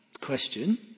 question